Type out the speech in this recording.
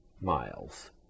miles